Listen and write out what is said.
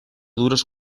dures